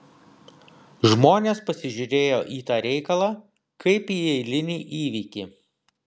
žmonės pasižiūrėjo į tą reikalą kaip į eilinį įvykį